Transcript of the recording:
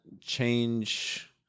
change